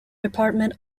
department